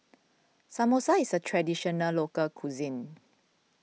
Samosa is a Traditional Local Cuisine